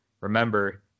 remember